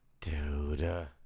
Dude